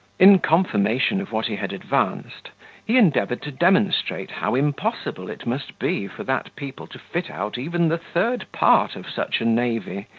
in confirmation of what he had advanced, he endeavoured to demonstrate how impossible it must be for that people to fit out even the third part of such a navy,